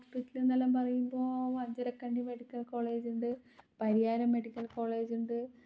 ഹോസ്പിറ്റലെന്നെല്ലാം പറയുമ്പോൾ Anjarakandy medical college ഉണ്ട് Pariyaram medical college ഉണ്ട്